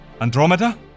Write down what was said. Andromeda